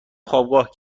خوابگاه